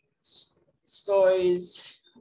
stories